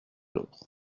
l’autre